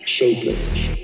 shapeless